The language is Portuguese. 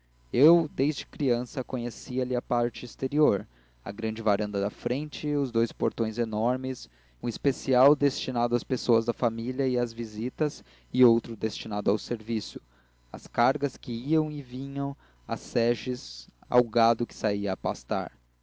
eu desde criança conhecia-lhe a parte exterior a grande varanda da frente os dous portões enormes um especial às pessoas da família e às visitas e outro destinado ao serviço às cargas que iam e vinham às seges ao gado que saía